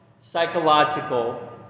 psychological